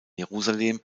jerusalem